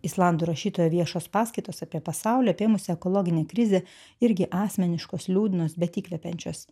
islandų rašytojo viešos paskaitos apie pasaulį apėmusi ekologinė krizė irgi asmeniškos liūdnos bet įkvepiančios